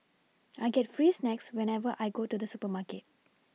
I get free snacks whenever I go to the supermarket